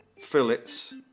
fillets